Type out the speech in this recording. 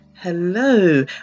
hello